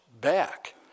back